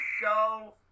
show